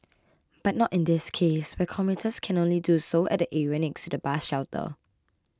but not in this case where commuters can only do so at the area next to the bus shelter